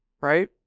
right